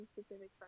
specific